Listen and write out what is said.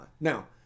Now